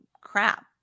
crap